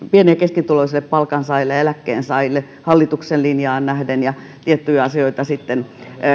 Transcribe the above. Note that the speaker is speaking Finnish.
pieni ja keskituloisille palkansaajille ja eläkkeensaajille hallituksen linjaan nähden ja tiettyjä asioita sitten